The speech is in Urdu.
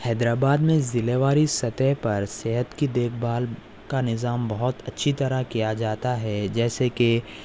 حیدرآباد میں ضلع واری سطح پر صحت کی دیکھ بھال کا نظام بہت اچھی طرح کیا جاتا ہے جیسے کہ